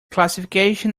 classification